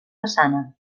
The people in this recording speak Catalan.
façana